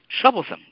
troublesome